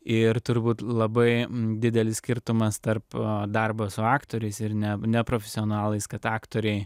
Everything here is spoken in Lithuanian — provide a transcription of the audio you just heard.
ir turbūt labai didelis skirtumas tarp darbo su aktoriais ir neprofesionalais kad aktoriai